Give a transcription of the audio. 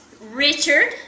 Richard